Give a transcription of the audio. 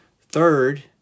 Third